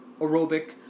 aerobic